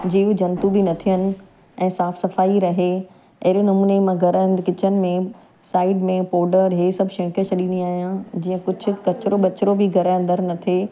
जीव जंतू बि न थियनि ऐं साफ़ु सफ़ाई रहे अहिड़े नमूने मां घर हंधि किचन में साइड में पॉडर इहे सभु छिड़के छॾींदी आहियां जीअं कुझु कचिरो वचिरो बि घर जे अंदरु न थिए